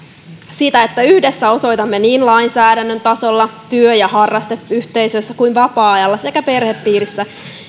että yhdessä osoitamme niin lainsäädännön tasolla työ ja harrasteyhteisöissä kuin vapaa ajalla sekä perhepiirissä